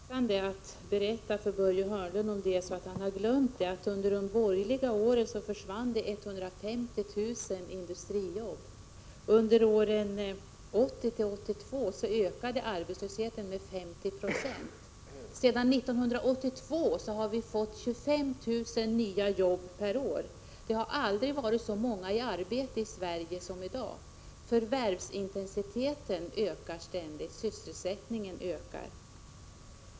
Herr talman! Det är alltför lockande att berätta för Börje Hörnlund om det som han har glömt. Under de borgerliga åren försvann det 150 000 industrijobb. Under åren 1980-1982 ökade arbetslösheten med 50 90. Sedan 1982 har vi fått 25 000 nya jobb per år. Det har aldrig varit så många i arbete i Sverige som det är i dag. Förvärvsintensiteten ökar ständigt, sysselsättningen ökar.